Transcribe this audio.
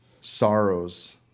sorrows